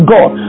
God